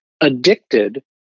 addicted